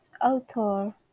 author